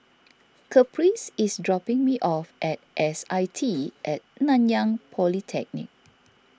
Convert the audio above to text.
Caprice is dropping me off at S I T at Nanyang Polytechnic